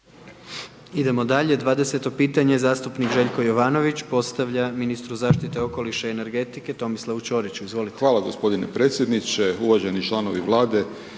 Idemo dalje, 20 pitanje, zastupnik Željko Jovanović, postavlja ministru zaštite okoliša i energetike Tomislavu Ćoriću, izvolite. **Jovanović, Željko (SDP)** Hvala gospodine predsjedniče, uvaženi članovi Vlade,